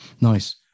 Nice